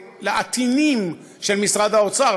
לעטינים של משרד האוצר,